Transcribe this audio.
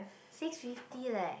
six fifty leh